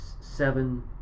seven